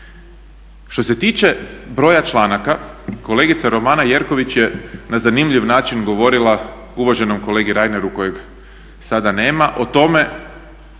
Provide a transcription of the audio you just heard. Što se tiče broja članaka, kolegica Romana Jerković je na zanimljiv način govorila uvaženom kolegi Reineru kojeg sada nema o tome